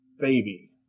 baby